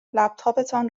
لپتاپتان